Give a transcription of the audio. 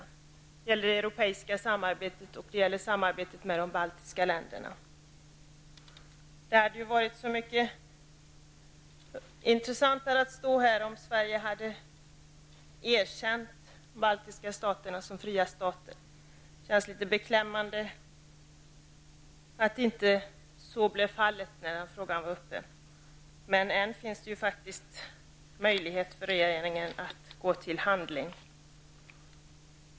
Det gäller det europeiska samarbetet och samarbetet med de baltiska staterna. Det hade varit mycket intressantare att stå här i dag om Sverige hade erkänt de baltiska staterna som fria stater. Det känns litet beklämmande att så inte blev fallet när frågan var uppe till diskussion. Men än finns det faktiskt möjlighet för regeringen att gå till handling.